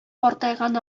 картайган